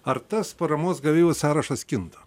ar tas paramos gavėjų sąrašas kinta